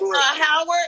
howard